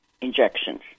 injections